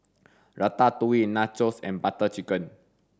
Ratatouille Nachos and Butter Chicken